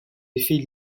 effet